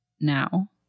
now